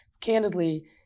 candidly